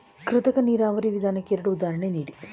ಕೃತಕ ನೀರಾವರಿ ವಿಧಾನಕ್ಕೆ ಎರಡು ಉದಾಹರಣೆ ನೀಡಿ?